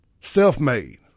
Self-made